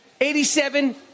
87